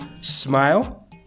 Smile